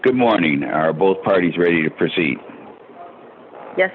good morning are both parties ready to proceed yes